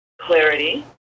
clarity